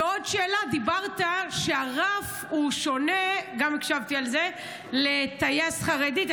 ועוד שאלה: דיברת על זה שהרף הוא שונה לטייס חרדי,